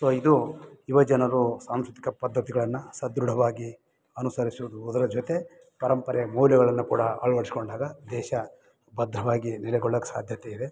so ಇದು ಯುವ ಜನರು ಸಾಂಸ್ಕೃತಿಕ ಪದ್ಧತಿಗಳನ್ನು ಸದೃಢವಾಗಿ ಅನುಸರಿಸುವುದು ಅದರ ಜೊತೆ ಪರಂಪರೆ ಮೌಲ್ಯಗಳನ್ನು ಕೂಡ ಅಳ್ವಡ್ಸ್ಕೊಂಡಾಗ ದೇಶ ಬದ್ಧರಾಗಿ ನೆಲೆಗೊಳ್ಳೋಕ್ಕೆ ಸಾಧ್ಯತೆ ಇದೆ